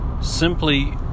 simply